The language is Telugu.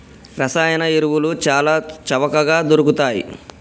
రసాయన ఎరువులు చాల చవకగ దొరుకుతయ్